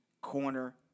corner